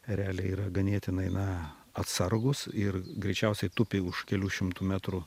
realiai yra ganėtinai na atsargūs ir greičiausiai tupi už kelių šimtų metrų